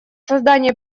создание